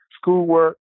schoolwork